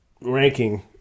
Ranking